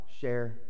share